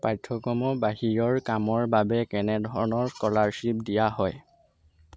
পাঠ্যক্ৰমৰ বাহিৰৰ কামৰ বাবে কেনেধৰণৰ কলাৰশ্বিপ দিয়া হয়